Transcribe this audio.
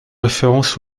référence